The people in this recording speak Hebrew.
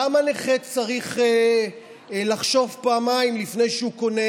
למה נכה צריך לחשוב פעמיים לפני שהוא קונה